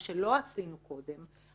מה שלא עשינו קודם,